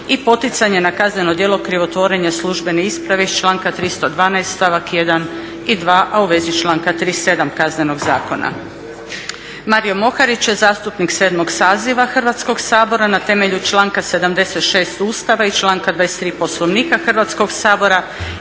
i poticanje na kazneno djelo krivotvorenja službene isprave iz članka 312. stavak 1. i 2. a u vezi članka 37. Kaznenog zakona. Mario Moharić je zastupnik 7. saziva Hrvatskoga sabora, na temelju članka 76. Ustava i članka 23 Poslovnika Hrvatskoga sabora